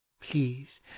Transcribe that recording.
Please